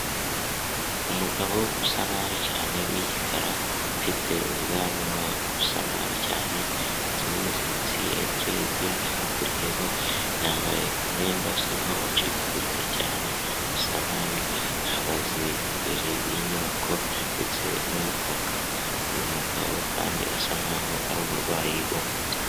Umugabo usa nabi cyane w'igikara afite ubwanwa busa nabi cyane ndetse n'imisatsi ya direde yamukuriyeho, yambaye umwenda usa nk'aho wacikaguritse cyane usa nabi, ahagaze imbere y'inyubako ndetse n'umutaka. uyu mugabo kandi asa nk'aho ari umurwayi wo mu mutwe.